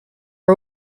are